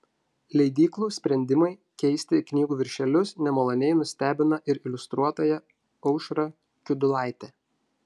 leidyklų sprendimai keisti knygų viršelius nemaloniai nustebina ir iliustruotoją aušrą kiudulaitę